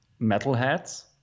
metalheads